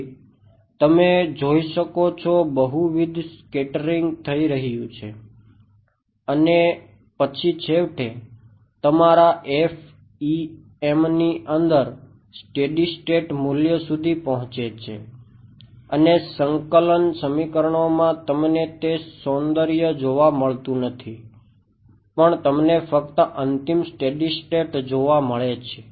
તેથી તમે જોઈ શકો છો બહુવિધ સ્કેટરીંગ જોવા મળે છે